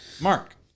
Mark